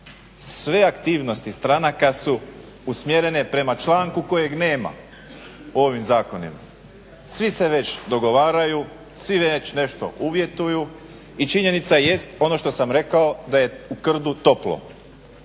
sve aktivnosti stranaka su usmjerene prema članku kojeg nema u ovim zakonima. Svi se već dogovaraju, svi već nešto uvjetuju i činjenica jest ono što sam rekao da je krdu toplo.